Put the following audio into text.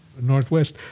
northwest